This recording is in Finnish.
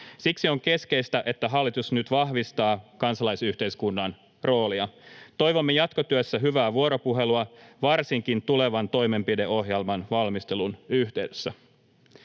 Siksi on keskeistä, että hallitus nyt vahvistaa kansalaisyhteiskunnan roolia. Toivomme jatkotyössä hyvää vuoropuhelua, varsinkin tulevan toimenpideohjelman valmistelun yhteydessä.